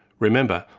remember,